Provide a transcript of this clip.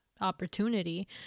opportunity